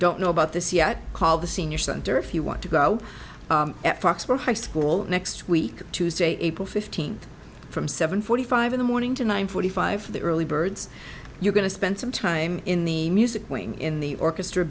don't know about this yet call the senior center if you want to go at foxboro high school next week tuesday april fifteenth from seven forty five in the morning to nine forty five for the early birds you're going to spend some time in the music playing in the orchestra